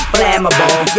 Flammable